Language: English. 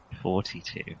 Forty-two